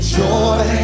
joy